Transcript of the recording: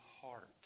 heart